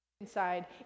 inside